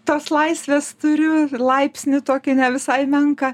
tos laisvės turiu laipsnį tokį ne visai menką